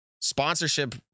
sponsorship